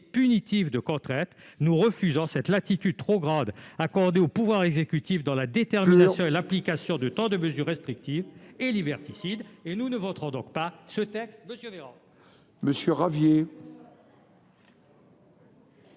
punitive de contraintes, nous refusons cette latitude trop grande accordée au pouvoir exécutif dans la détermination et dans l'application, dans le temps, de mesures restrictives et liberticides. Nous ne voterons donc pas ce texte. Je lui transmettrai